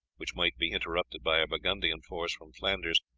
which might be interrupted by a burgundian force from flanders,